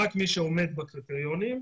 רק מי שעומד בקריטריונים,